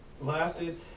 lasted